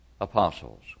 apostles